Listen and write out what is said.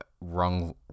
wrong